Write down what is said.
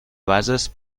bases